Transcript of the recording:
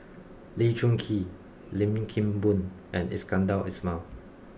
Lee Choon Kee Lim Kim Boon and Iskandar Ismail